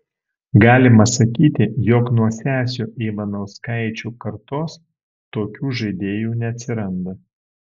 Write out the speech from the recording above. galima sakyti jog nuo sesių ivanauskaičių kartos tokių žaidėjų neatsiranda